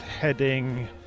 heading